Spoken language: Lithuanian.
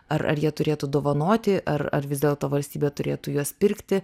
ar ar jie turėtų dovanoti ar ar vis dėlto valstybė turėtų juos pirkti